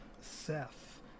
Seth